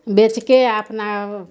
बेचके अपना